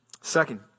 Second